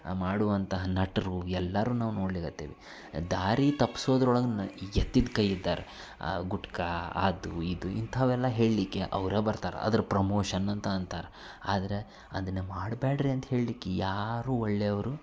ಮಾಡುವಂತಹ ನಟರು ಎಲ್ಲರೂ ನಾವು ನೋಡಲಿಕತ್ತಿವಿ ದಾರಿ ತಪ್ಸೋದ್ರೊಳಗೆ ನ ಎತ್ತಿದ ಕೈ ಇದ್ದಾರೆ ಆ ಗುಟ್ಕಾ ಅದು ಇದು ಇಂಥವೆಲ್ಲ ಹೇಳಲಿಕ್ಕೆ ಅವ್ರೇ ಬರ್ತಾರೆ ಅದ್ರ ಪ್ರಮೋಶನ್ ಅಂತ ಅಂತಾರೆ ಆದ್ರೆ ಅದನ್ನ ಮಾಡ್ಬೇಡ್ರಿ ಅಂತ ಹೇಳ್ಲಿಕ್ಕೆ ಯಾರೂ ಒಳ್ಳೆವರು